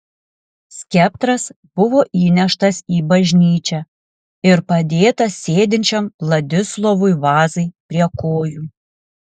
skeptras buvo įneštas į bažnyčią ir padėtas sėdinčiam vladislovui vazai prie kojų